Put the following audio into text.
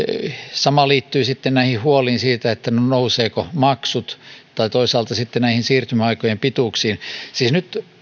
sama liittyy näihin huoliin siitä nousevatko maksut tai toisaalta sitten siirtymäaikojen pituuksiin siis nyt